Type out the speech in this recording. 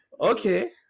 okay